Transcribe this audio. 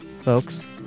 folks